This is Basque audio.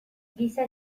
giza